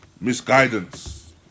misguidance